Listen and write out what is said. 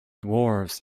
dwarves